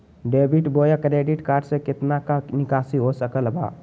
Debit बोया credit card से कितना का निकासी हो सकल बा?